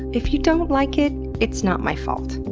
if you don't like it it's not my fault.